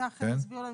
כן, ככה הסבירו לנו.